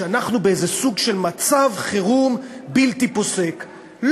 שאנחנו בסוג של מצב חירום בלתי פוסק,